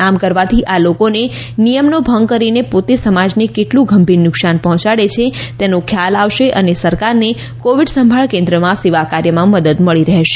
આમ કરવાથી આ લોકોને નિયમનો ભંગ કરીને પોતે સમાજને કેટલું ગંભીર નુકશાન પહોંચાડે છે તેનો ખ્યાલ આવશે અને સરકારને કોવિડ સંભાળ કે ન્દ્રમાં સેવા કાર્યમાં મદદ મળી રહેશે